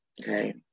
Okay